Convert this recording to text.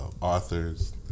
authors